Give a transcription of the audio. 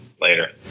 later